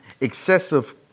excessive